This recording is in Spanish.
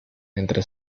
entre